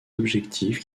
objectifs